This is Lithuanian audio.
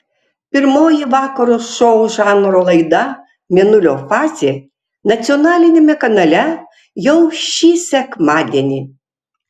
pirmoji vakaro šou žanro laida mėnulio fazė nacionaliniame kanale jau šį sekmadienį